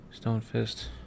Stonefist